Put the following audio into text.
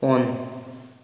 on